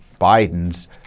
Biden's